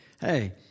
hey